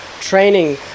training